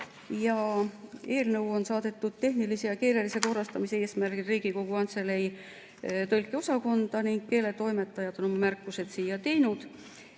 Eelnõu on saadetud tehnilise ja keelelise korrastamise eesmärgil Riigikogu Kantselei stenogrammi- ja tõlkeosakonda ning keeletoimetajad on oma märkused siia teinud.